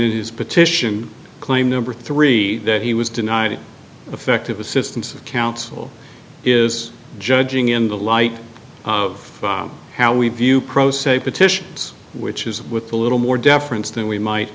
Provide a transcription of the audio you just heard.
news petition claim number three that he was denied effective assistance of counsel is judging in the light of how we view pro se petitions which is with little more deference than we might